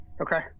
Okay